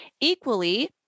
Equally